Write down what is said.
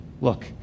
look